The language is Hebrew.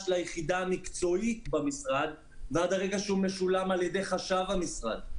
ליחידה המקצועית במשרד ועד הרגע שבו הוא משולם על ידי חשב המשרד.